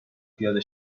پیاده